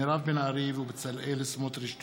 מירב בן ארי ובצלאל סמוטריץ בנושא: